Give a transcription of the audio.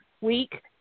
Week